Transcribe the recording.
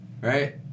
Right